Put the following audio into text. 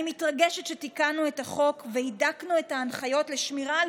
אני מתרגשת שתיקנו את החוק והידקנו את ההנחיות לשמירה על